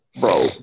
Bro